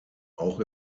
auch